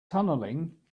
tunneling